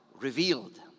revealed